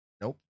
nope